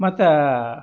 ಮತ್ತೆ